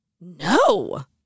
No